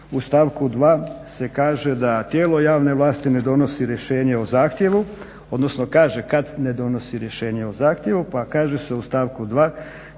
u stavku 2. se kaže da tijelo javne vlasti ne donosi rješenje o zahtjevu odnosno kaže kad ne donosi rješenje u zahtjevu, pa kaže se u stavku 2.